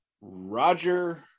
Roger